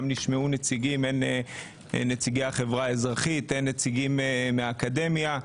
גם נשמעו נציגי החברה האזרחית, גם נציגי האקדמיה.